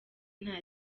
nta